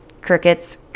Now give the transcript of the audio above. Crickets